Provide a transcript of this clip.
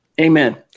Amen